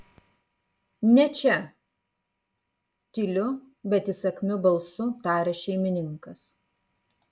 ne čia tyliu bet įsakmiu balsu taria šeimininkas